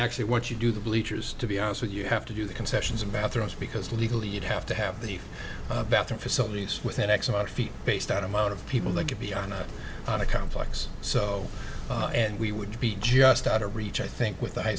actually what you do the bleachers to be honest with you have to do the concessions in bathrooms because legally you'd have to have the bathroom facilities within x amount feet base that amount of people that could be on a on a complex so and we would be just out of reach i think with a high